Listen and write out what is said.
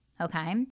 okay